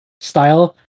style